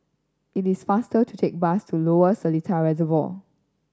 it is faster to take bus to Lower Seletar Reservoir